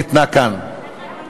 ניתנה כאן".